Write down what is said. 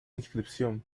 inscripción